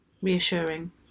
Reassuring